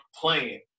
playing